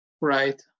right